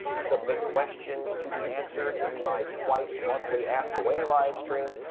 submit questions to be answered in my twice-monthly ask away livestreams,